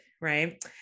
Right